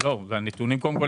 על 2019 ועל 2020?